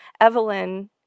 Evelyn